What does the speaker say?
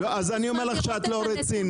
אז אני אומר לך שאת לא רצינית.